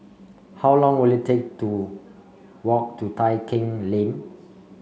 how long will it take to walk to Tai Keng Lane